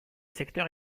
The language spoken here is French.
secteur